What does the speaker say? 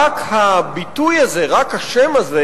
רק הביטוי הזה, רק השם הזה,